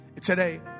Today